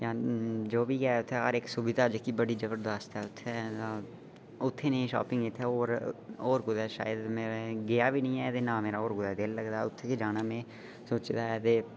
जो बी ऐ हर इक सुविधा ऐ उत्थै जेह्की बड़ी ज्बरदस्त ऐ उत्थै उत्थै नी ऐ शॉपिंग होर कुतै शायद गेआ बी नेईं ऐ ते ना कुतै होर मेरा मन लगदा ऐ उत्थै गै जाना में सोचे दा ऐ